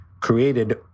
created